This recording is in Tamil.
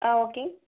ஆ ஓகே